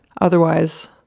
otherwise